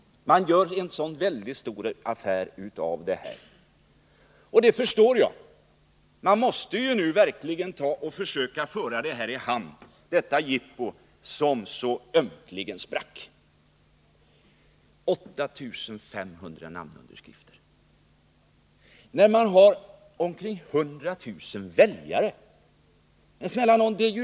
Han gör en så väldigt stor affär av detta. Det förstår jag. Man måste verkligen försöka få i hamn detta jippo, som så ömkligt sprack. Det var fråga om 8 500 namnunderskrifter, fastän man har omkring 100 000 väljare.